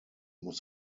muss